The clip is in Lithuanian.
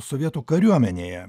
sovietų kariuomenėje